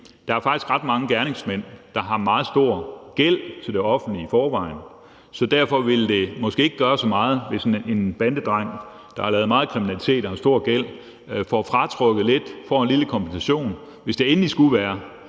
at der faktisk er ret mange gerningsmænd, der har meget stor gæld til det offentlige i forvejen, så derfor ville det måske ikke gøre så meget, hvis en bandedreng, der har lavet meget kriminalitet og har stor gæld, får fratrukket lidt, får en lille kompensation – hvis det endelig skulle være.